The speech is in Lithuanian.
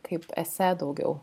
kaip esė daugiau